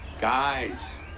guys